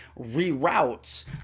reroutes